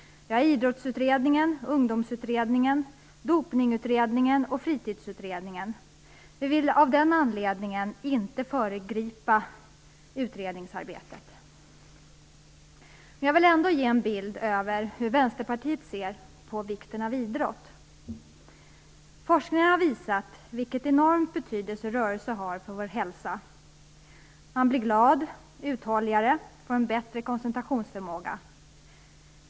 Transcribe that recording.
Vi har Idrottsutredningen, Ungdomsutredningen, Dopningutredningen och Fritidsutredning. Vi vill inte föregripa utredningsarbetet. Men jag vill ändå ge en bild av hur Vänsterpartiet ser på vikten av idrott. Forskningen har visat vilken enorm betydelse rörelse har för vår hälsa. Man blir glad, uthålligare och får en bättre koncentrationsförmåga.